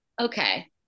Okay